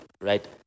Right